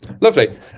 lovely